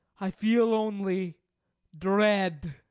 i feel only dread.